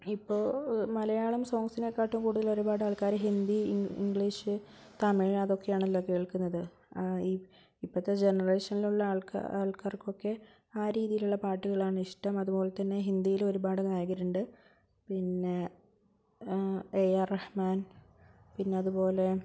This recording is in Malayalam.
ഇപ്പോൾ മലയാളം സോങ്ങ്സിനേക്കാളും കൂടുതൽ ഒരുപാട് ആൾക്കാർ ഹിന്ദി ഇംഗ്ലീഷ് തമിഴ് അതൊക്കെയാണല്ലോ കേൾക്കുന്നത് ഇപ്പോഴത്തെ ജനറേഷനിലുള്ള ആൾക്കാർക്കൊക്കെ ആ രീതിയിലുള്ള പാട്ടുകളാണ് ഇഷ്ടം അതുപോലെതന്നെ ഹിന്ദിയിലും ഒരുപാട് ഗായകരുണ്ട് പിന്നെ എ ആർ റഹ്മാൻ പിന്നതുപോലെ